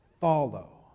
follow